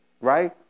right